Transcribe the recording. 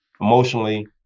emotionally